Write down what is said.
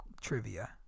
trivia